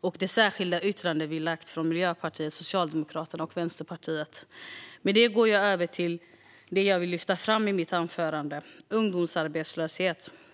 och det särskilda yttrande som vi lagt från Miljöpartiet, Socialdemokraterna och Vänsterpartiet. Med det går jag över till det som jag vill lyfta fram i mitt anförande: ungdomsarbetslöshet.